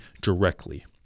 directly